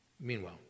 Meanwhile